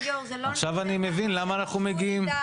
עכשיו אני מבין למה אנחנו מגיעים --- כבוד היושב-ראש